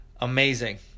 amazing